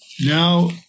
now